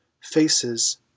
Faces